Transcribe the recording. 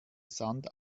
sand